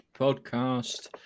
podcast